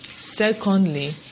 Secondly